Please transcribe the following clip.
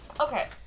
Okay